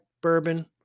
Bourbon